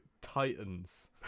titans